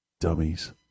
dummies